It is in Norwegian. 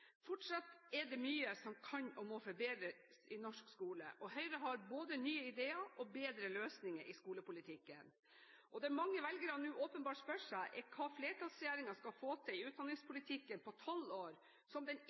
Fortsatt er det mye som kan og må forbedres i norsk skole, og Høyre har både nye ideer og bedre løsninger i skolepolitikken. Det mange velgere nå åpenbart spør seg, er hva flertallsregjeringen skal få til i utdanningspolitikken på tolv år, som den